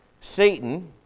Satan